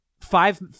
five